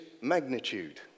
magnitude